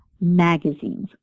magazines